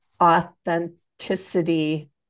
Authenticity